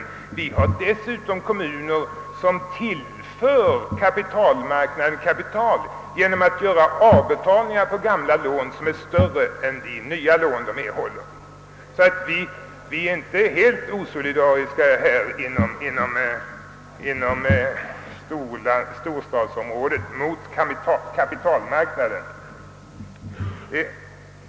I länet finns dessutom kommuner, som tillför kapitalmarknaden resurser genom att de på gamla lån gör avbetalningar som är större än de nya lån de tar upp. Vi inom storstadsområdet är alltså inte helt osolidariska i vårt uppträdande på kapitalmarknaden.